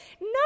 no